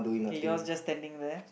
okay yours just standing there